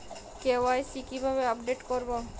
KYC কিভাবে update করব?